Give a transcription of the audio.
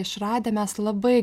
išradę mes labai